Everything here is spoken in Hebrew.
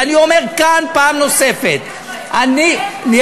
ואני אומר כאן פעם נוספת, אבל איך אפשר?